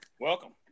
Welcome